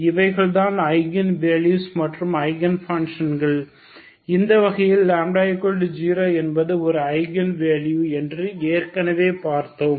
இவைகள் தான் ஐகன் வேல்யூகள் மற்றும் ஐகன் ஃபன்ஷன்கள் இந்த வகையில் λ0 என்பது ஒரு ஐகன் வேல்யூ என்று ஏற்கனவே பார்த்தோம்